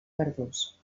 verdós